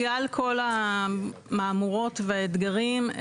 בגלל כל המהמורות והאתגרים,